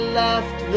left